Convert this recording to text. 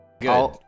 good